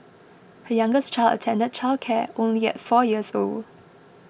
her youngest child attended childcare only at four years old